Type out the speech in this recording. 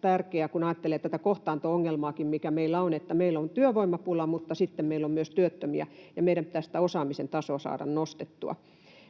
tärkeää, kun ajattelee tätä kohtaanto- ongelmaakin, mikä meillä on. Meillä on työvoimapula, mutta sitten meillä on myös työttömiä, ja meidän pitää osaamisen tasoa saada nostettua.